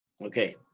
Okay